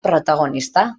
protagonista